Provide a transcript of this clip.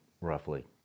roughly